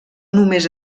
només